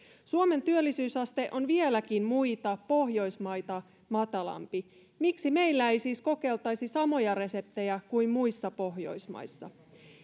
suomen työllisyysaste on vieläkin muita pohjoismaita matalampi miksi meillä ei siis kokeiltaisi samoja reseptejä kuin muissa pohjoismaissa